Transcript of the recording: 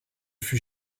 fut